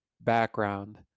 background